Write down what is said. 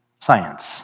science